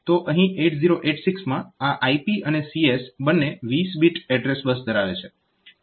તો અહીં 8086 માં આ IP અને CS બંને 20 બીટ એડ્રેસ બસ ધરાવે છે